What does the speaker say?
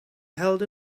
held